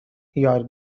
your